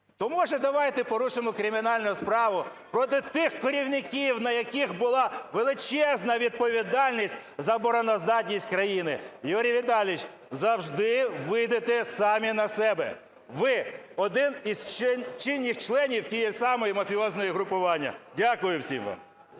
То може давайте порушимо кримінальну справу проти тих керівників, на яких була величезна відповідальність за обороноздатність країни. Юрій Віталійович, завжди вийдете самі на себе. Ви – один із чинних членів того самого мафіозного угрупування. Дякую всім вам.